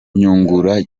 nyungura